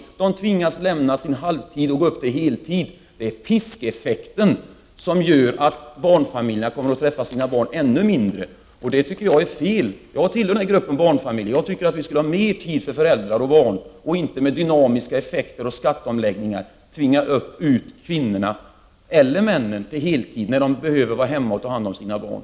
De kommer att tvingas lämna sin halvtid och gå upp till heltid. Det är piskeffekten. Det kommer att innebära att barnfamiljerna träffar sina barn ännu mindre, och det tycker jag är fel. Jag tillhör den gruppen, och jag tycker att föräldrar och barn skulle ha mer tid tillsammans. I stället vill man nu med dynamiska effekter och skatteomläggningar tvinga ut kvinnorna — eller männen — på heltid, när de behöver vara hemma och ta hand om sina barn!